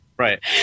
Right